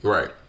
Right